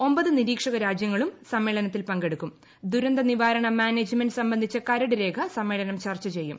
ഒമ്പത് നിരീക്ഷക രാജ്യങ്ങളും സമ്മേളനത്തിൽ പങ്കെടുക്കൂർ ദുരന്ത നിവാരണ മാനേജ്മെന്റ് സംബന്ധിച്ച കരട് രേഖ സമ്മേളനം ചർച്ച ചെയ്യും